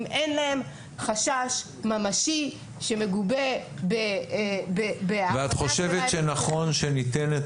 אין להם חשש ממשי שמגובה --- את חושבת שנכון שניתן את